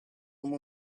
come